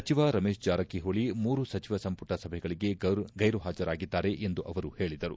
ಸಚಿವ ರಮೇಶ್ ಜಾರಕಿಹೊಳಿ ಮೂರು ಸಚಿವ ಸಂಪುಟ ಸಭೆಗಳಿಗೆ ಗೈರು ಹಾಜರಾಗಿದ್ದಾರೆ ಎಂದು ಅವರು ಹೇಳಿದರು